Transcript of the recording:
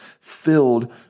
filled